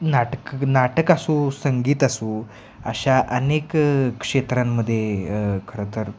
नाटक नाटक असो संगीत असो अशा अनेक क्षेत्रांमध्ये खरंतर